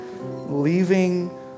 leaving